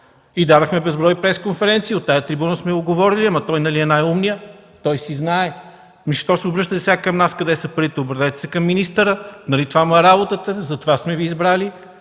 и дадохме безброй пресконференции. От тази трибуна сме го говорили, ама той нали е най-умният, той си знае! Ами що се обръщате сега към нас: „Къде са парите?”. Обърнете се към министъра, нали това му работата, затова сме Ви избрали